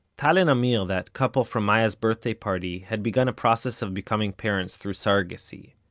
tal and amir, that couple from maya's birthday party, had begun a process of becoming parents through surrogacy.